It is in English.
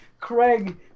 craig